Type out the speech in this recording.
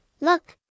look